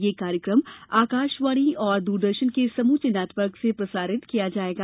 यह कार्यक्रम आकाशवाणी और दूरदर्शन के समूचे नेटवर्क से प्रसारित किया जाएगा